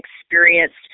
experienced